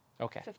Okay